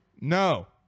No